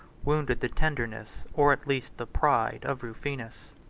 wounded the tenderness, or, at least, the pride of rufinus.